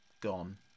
gone